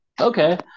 Okay